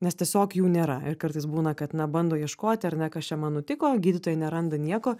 nes tiesiog jų nėra ir kartais būna kad na bando ieškoti ar ne kas čia man nutiko gydytojai neranda nieko